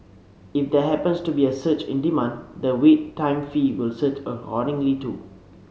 if there happens to be a surge in demand the Wait Time fee will surge too